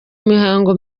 mihango